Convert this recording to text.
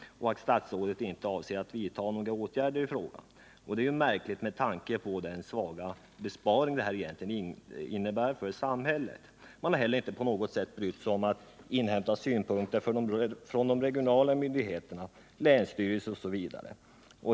Statsrådet avser inte att vidta några åtgärder i frågan. Detta är märkligt med tanke på den ringa besparing som denna indragning innebär för samhället. Man har inte heller på något sätt brytt sig om att inhämta synpunkter från de regionala myndigheterna, länsstyrelsen osv.